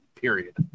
period